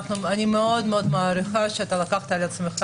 אני מאוד מאוד מעריכה את זה שלקחת על עצמך